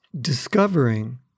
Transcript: discovering